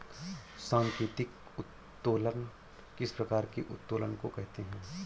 सांकेतिक उत्तोलन किस प्रकार के उत्तोलन को कहते हैं?